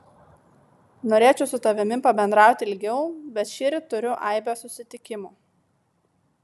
norėčiau su tavimi pabendrauti ilgiau bet šįryt turiu aibę susitikimų